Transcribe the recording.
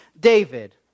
David